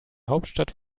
hauptstadt